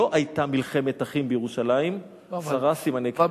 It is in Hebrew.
לא היתה מלחמת אחים בירושלים, עשרה סימני קריאה.